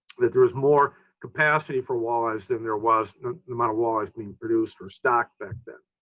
that there was more capacity for walleyes than there was amount of walleyes being produced or stocked back then.